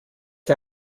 der